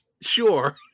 Sure